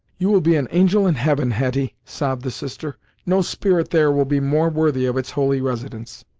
you will be an angel in heaven, hetty, sobbed the sister no spirit there will be more worthy of its holy residence!